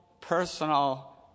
personal